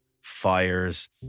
fires